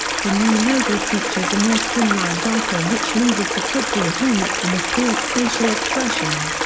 the new logo features a more streamlined dolphin which loses the football helmet and the fierce facial expression.